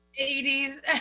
80s